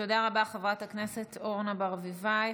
תודה רבה, חברת הכנסת אורנה ברביבאי.